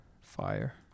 fire